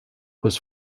was